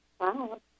Wow